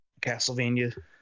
Castlevania